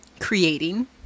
creating